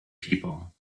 people